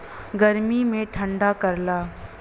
गर्मी मे ठंडा करला